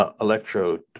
electrode